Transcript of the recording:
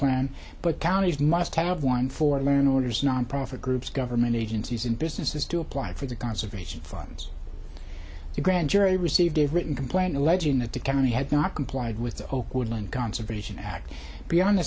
plan but counties must have one for learned orders nonprofit groups government agencies and businesses do apply for the conservation fund the grand jury received a written complaint alleging that the county had not complied with the hope woodland conservation beyond the